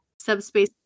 subspace